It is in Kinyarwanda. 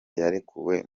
yarekuwe